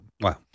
wow